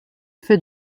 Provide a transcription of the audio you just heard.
fait